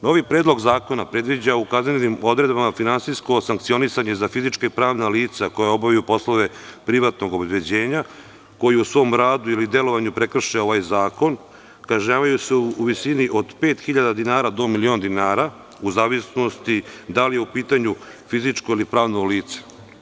Novi predlog zakona predviđa u kaznenim odredbama finansijsko sankcionisanje za fizička i pravna lica koja obavljaju poslove privatnog obezbeđenja, koji u svom radu ili delovanju prekrše ovaj zakon, a kažnjavaju se u visini od 5.000 dinara do milion dinara, u zavisnosti od toga da li je u pitanju fizičko ili pravno lice.